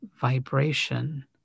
vibration